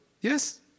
Yes